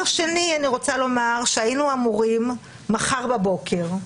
היינו אמורים מחר בבוקר,